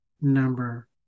number